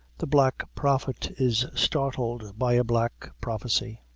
the black prophet is startled by a black prophecy.